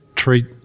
Treat